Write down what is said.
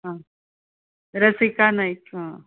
आं रसिका नाईय हां